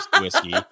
whiskey